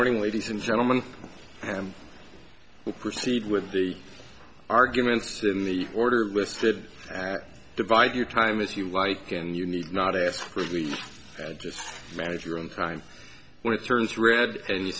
morning ladies and gentlemen and we proceed with the arguments in the order listed divide your time if you like and you need not ask for me just manage your own time when it turns red and you